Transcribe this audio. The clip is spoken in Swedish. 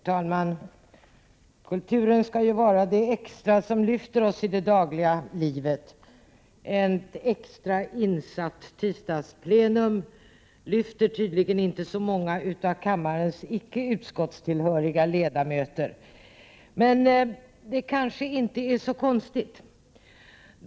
Herr talman! Kulturen skall ju vara det lilla extra som lyfter oss i det dagliga livet. Detta extrainsatta arbetsplenum på en tisdag lyfter tydligen inte så många av kammarens icke kulturutskottstillhöriga ledamöter, vilket kanske inte är så konstigt.